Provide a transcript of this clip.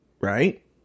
right